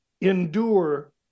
endure